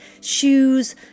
shoes